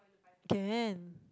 can